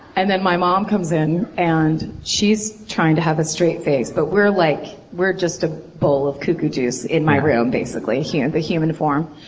and then my mom comes in. and she's trying to have a straight face. but we're like, we're just a bowl of kookoojuice in my room, basically, in and the human form.